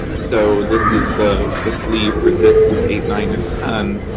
so, this is the the sleeve for discs eight, nine, and ten,